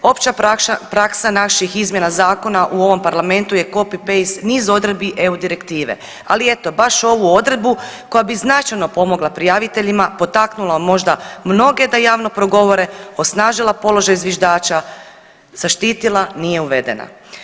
Opća praksa naših izmjena zakona u ovom Parlamentu je copy paste niz odredbi EU direktive, ali eto baš ovu odredbu koja bi značajno pomogla prijaviteljima potaknula možda mnoge da javno progovore, osnažila položaj zviždača, zaštitila nije uvedena.